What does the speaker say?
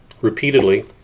repeatedly